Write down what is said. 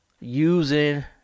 Using